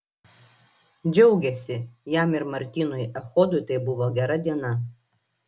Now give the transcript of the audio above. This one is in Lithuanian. džiaugėsi jam ir martynui echodui tai buvo gera diena